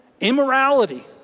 immorality